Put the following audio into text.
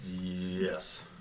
Yes